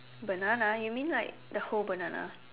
banana you mean like the whole banana